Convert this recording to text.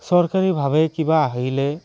চৰকাৰীভাৱে কিবা আহিলে